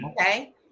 Okay